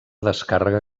descàrrega